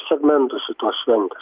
segmentų šitos šventės